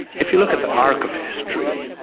if you look at the arc of history,